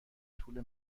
طول